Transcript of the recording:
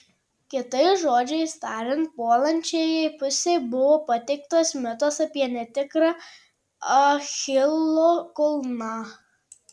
kitais žodžiais tariant puolančiajai pusei buvo pateiktas mitas apie netikrą achilo kulną